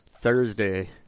Thursday